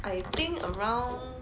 I think around